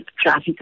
traffic